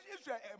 Israel